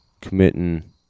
committing